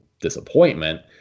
disappointment